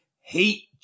hate